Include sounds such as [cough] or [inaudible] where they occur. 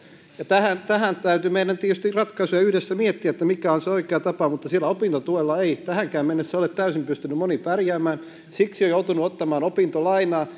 tähän tähän täytyy meidän tietysti ratkaisuja yhdessä miettiä mikä on se oikea tapa mutta sillä opintotuella ei tähänkään mennessä ole täysin pystynyt moni pärjäämään siksi on joutunut ottamaan opintolainaa [unintelligible]